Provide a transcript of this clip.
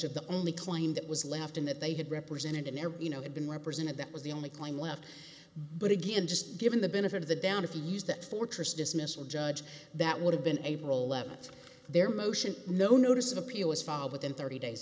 of the only claim that was left in that they had represented in every you know had been represented that was the only claim left but again just given the benefit of the down if you use that fortress dismissal judge that would have been able left their motion no notice of appeal was fall within thirty days